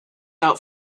out